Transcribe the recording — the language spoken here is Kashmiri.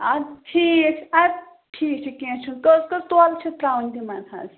آ ٹھیٖک چھُ اَدٕ ٹھیٖک چھُ کیٚنٛہہ چھُنہٕ کٔژ کٔژ تولہٕ چھِ ترٛاوُن تِمَن حظ